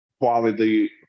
quality